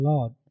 Lord